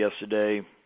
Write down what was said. yesterday